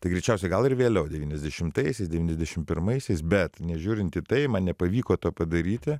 tai greičiausiai gal ir vėliau deviniasdešimtaisiais deviniasdešim pirmaisiais bet nežiūrint į tai man nepavyko to padaryti